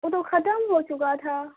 او تو ختم ہو چکا تھا